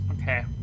Okay